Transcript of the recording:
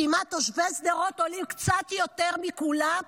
כי מה, תושבי שדרות עולים קצת יותר מכולם?